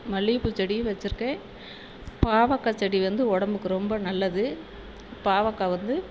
மல்லிகைப்பூ செடியும் வெச்சுருக்கேன் பாவக்காய் செடி வந்து உடம்புக்கு ரொம்ப நல்லது பாவக்காய் வந்து